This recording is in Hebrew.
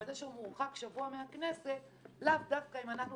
אבל זה שהוא מורחק שבוע מהכנסת לאו דווקא אם אנחנו